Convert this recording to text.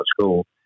school